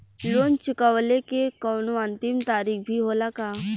Loan चुकवले के कौनो अंतिम तारीख भी होला का?